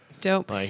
Dope